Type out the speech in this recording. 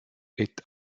est